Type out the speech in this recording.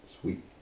sweet